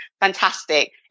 fantastic